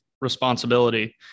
responsibility